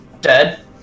dead